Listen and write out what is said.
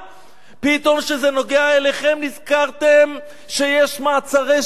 פתאום כשזה נוגע אליכם נזכרתם שיש מעצרי שווא?